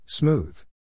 Smooth